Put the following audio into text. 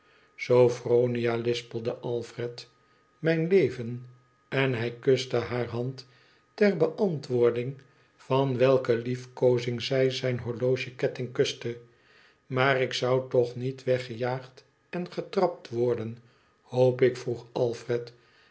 sophronia lispelde alfred mijn leven en hij kuste hare hand ter beantwoording van welke liefkoozing zij zijn horlogeketting kuste maar ik zou toch niet weggejaagd en getrapt worden hoop ik vroeg alfred